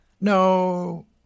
No